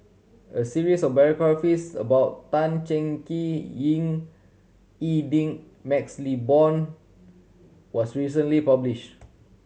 a series of biographies about Tan Cheng Kee Ying E Ding MaxLe Blond was recently published